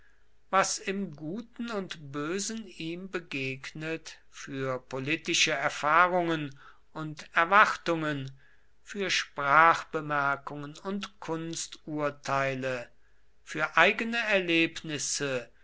was im guten und bösen ihm begegnet für politische erfahrungen und erwartungen für sprachbemerkungen und kunsturteile für eigene erlebnisse